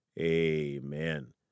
amen